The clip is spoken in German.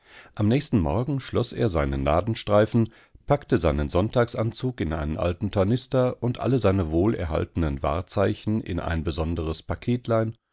am nächsten morgen schloß er seinen ladenstreifen packte seinen sonntagsanzug in einen alten tornister und alle seine wohlerhaltenen wahrzeichen in ein besonderes paketlein